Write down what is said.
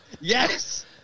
Yes